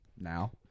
now